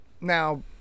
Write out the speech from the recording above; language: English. now